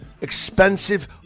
expensive